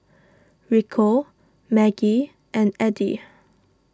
Rico Maggie and Addie